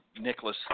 Nicholas